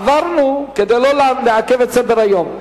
עברנו כדי לא לעכב את סדר-היום.